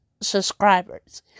subscribers